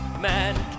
man